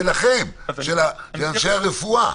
שלכם, של אנשי הרפואה.